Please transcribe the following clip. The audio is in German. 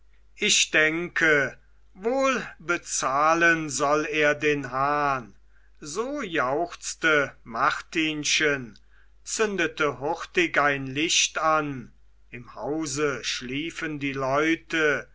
ich denke wohl bezahlen soll er den hahn so jauchzte martinchen zündete hurtig ein licht an im hause schliefen die leute